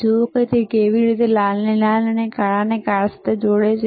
જુઓ કે તે કેવી રીતે ચકાસણી લાલને લાલ અને કાળાને કાળા સાથે જોડે છે